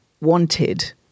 wanted